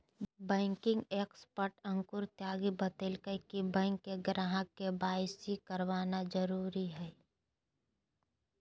banking expert Ankur Tyagi बतयलकय कि bank के ग्राहक के.वाई.सी करवाना जरुरी हइ